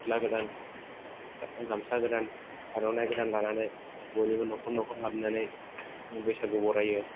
गस्ला गोदान गामसा गोदान आर'नाइ गोदान लानानै बयनिबो न'खर न'खर हाबनानै बैसागु बरायो